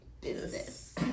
business